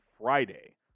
Friday